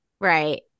Right